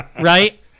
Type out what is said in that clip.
right